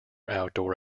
outdoor